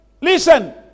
Listen